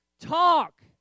talk